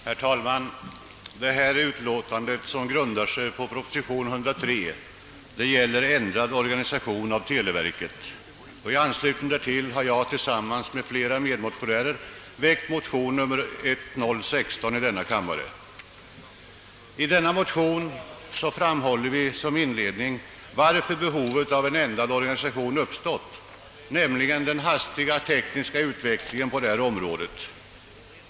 Herr talman! Detta utskottsutlåtande, som grundar sig på propositionen nr 103, gäller ändrad organisation av televerket. I anslutning därtill har jag tillsammans med flera medmotionärer väckt motionen nr 1016 i denna kammare. I motionen angav vi inledningsvis anledningen till att behov av ändrad organisation uppstått, nämligen den hastiga tekniska utvecklingen på detta område.